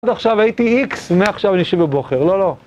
עד עכשיו הייתי איקס, מעכשיו אני ישיבה בוחר, לא, לא.